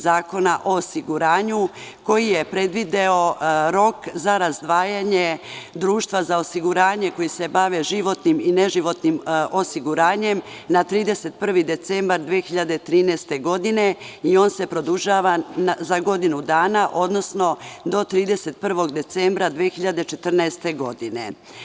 Zakona o osiguranju, koji je predvideo rok za razdvajanje društva za osiguranje koja se bave životnim i neživotnim osiguranjem na 31. decembar 2013. godine i on se produžava za godinu dana, odnosno do 31. decembra 2014. godine.